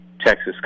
Texas